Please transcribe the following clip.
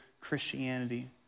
Christianity